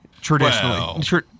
Traditionally